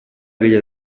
vella